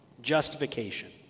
justification